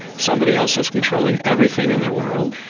somebody else is controlling everything in their world.